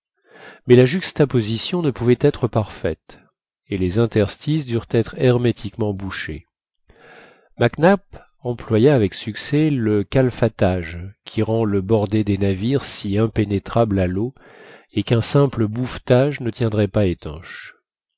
mais la juxtaposition ne pouvait être parfaite et les interstices durent être hermétiquement bouchés mac nap employa avec succès le calfatage qui rend le bordé des navires si impénétrable à l'eau et qu'un simple bouffetage ne tiendrait pas étanches